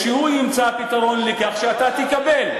והוא ימצא פתרון לכך שאתה תקבל.